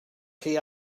key